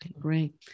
Great